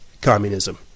communism